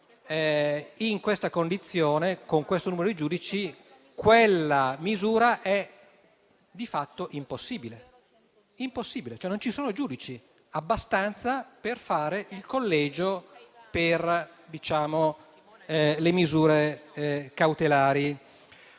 in questa condizione, con questo numero di giudici, la misura è di fatto impossibile. Non ci sono cioè abbastanza giudici per fare il collegio per le misure cautelari.